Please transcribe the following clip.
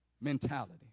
mentality